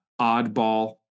oddball